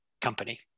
company